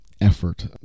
effort